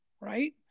right